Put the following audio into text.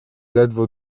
ledwo